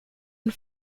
and